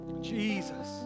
Jesus